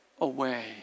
away